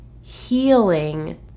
healing